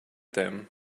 them